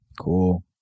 cool